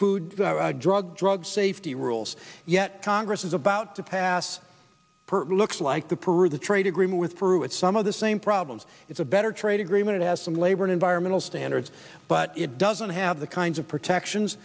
food drug drug safety rules yet congress is about to pass looks like the peru the trade agreement with fruit some of the same problems it's a better trade agreement it has some labor and environmental standards but it doesn't have the kinds of protections